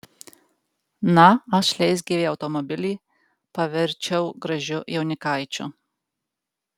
na aš leisgyvį automobilį paverčiau gražiu jaunikaičiu